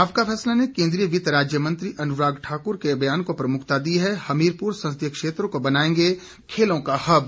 आपका फैसला ने केन्द्रीय वित राज्य मंत्री अनुराग ठाकुर के बयान को प्रमुखता दी है हमीरपुर संसदीय क्षेत्र को बनाएंगे खेलों का हब